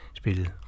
spillet